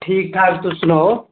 ठीक ठाक तुस सनाओ